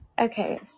Okay